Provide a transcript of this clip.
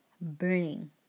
burning